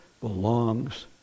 belongs